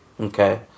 Okay